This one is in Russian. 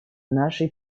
нашей